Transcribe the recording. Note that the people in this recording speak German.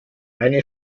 eine